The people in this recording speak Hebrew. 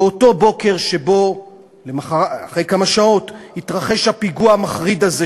באותו בוקר שבו אחרי כמה שעות התרחש הפיגוע המחריד הזה,